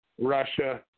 Russia